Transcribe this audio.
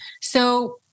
So-